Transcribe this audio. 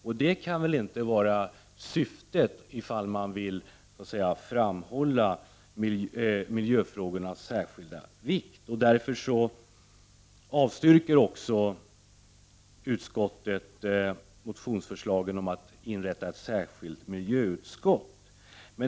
Och detta kan väl inte vara syftet om man vill framhålla miljöfrågornas särskilda vikt? Därför avstyrker utskottet motionsförslagen om att inrätta ett särskilt miljöutskott.